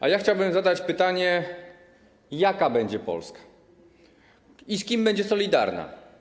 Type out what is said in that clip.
A ja chciałbym zadać pytanie, jaka będzie Polska i z kim będzie solidarna.